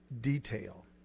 detail